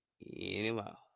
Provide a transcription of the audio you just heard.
anymore